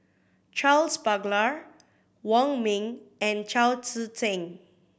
Charles Paglar Wong Ming and Chao Tzee Cheng